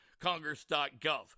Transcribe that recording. Congress.gov